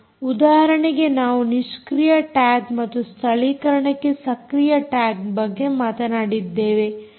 ಉದಾಹರಣೆಗೆ ನಾವು ನಿಷ್ಕ್ರಿಯ ಟ್ಯಾಗ್ ಮತ್ತು ಸ್ಥಳೀಕರಣಕ್ಕೆ ಸಕ್ರಿಯ ಟ್ಯಾಗ್ ಬಗ್ಗೆ ಮಾತನಾಡಿದ್ದೇವೆ